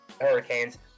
Hurricanes